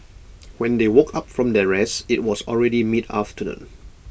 when they woke up from their rest IT was already mid afternoon